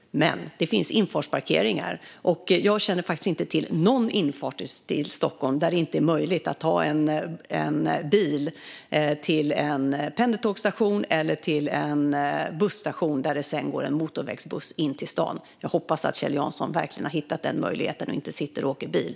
Men det finns infartsparkeringar. Jag känner faktiskt inte till att det i Stockholm inte skulle vara möjligt att ta en bil till en pendeltågsstation eller till en busstation varifrån det sedan går en motorvägsbuss in till stan. Jag hoppas verkligen att Kjell Jansson har hittat den möjligheten och inte alltid åker bil.